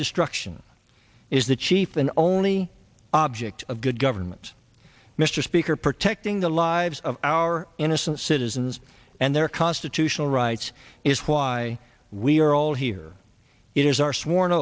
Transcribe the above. destruction is the chief and only object of good government mr speaker protecting the lives of our innocent citizens and their constitutional rights is why we are all here it is our sworn